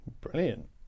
Brilliant